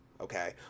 Okay